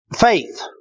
faith